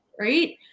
right